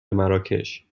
مراکش